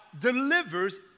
delivers